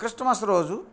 Christmas రోజు